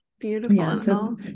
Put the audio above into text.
beautiful